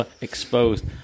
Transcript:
exposed